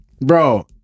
Bro